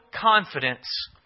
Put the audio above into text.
confidence